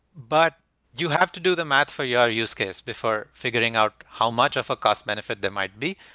but you have to do the math for your use case before figuring out how much of a cost benefit there might be.